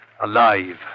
Alive